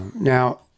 Now